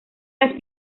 las